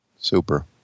super